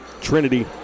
Trinity